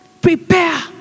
prepare